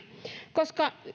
koska